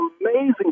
amazing